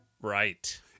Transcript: Right